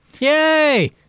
Yay